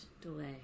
delay